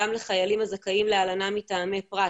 גם לחיילים הזכאים להלנה מטעמי פרט,